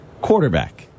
quarterback